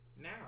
now